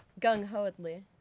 gung-hoedly